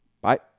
Bye